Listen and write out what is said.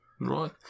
Right